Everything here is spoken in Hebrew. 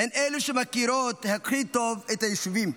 הן אלה שמכירות הכי טוב את היישובים,